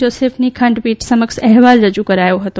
જોસફની ખંડપીઠ સમક્ષ અહેવાલ રજુ કરાયો હતો